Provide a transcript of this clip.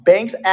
Banks